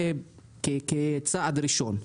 זה כצעד ראשון.